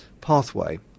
pathway